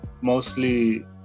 mostly